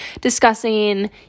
discussing